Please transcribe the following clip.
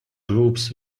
groups